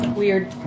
weird